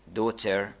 daughter